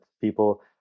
People